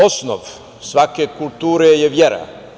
Osnov svake kulture je vera.